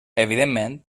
evidentment